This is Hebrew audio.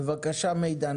בבקשה מידן.